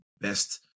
best